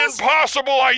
Impossible